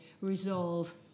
resolve